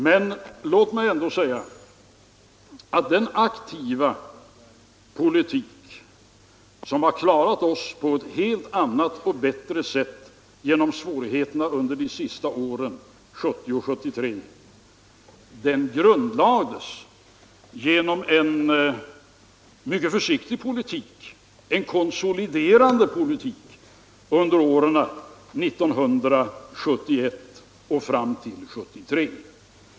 Men låt mig ändå säga att den mycket aktiva politik som på ett annat och bättre sätt har klarat oss genom svårigheterna under de senaste åren, grundlades genom en mycket försiktig och konsoliderande politik under år 1971 och fram till 1973.